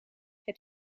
het